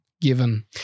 given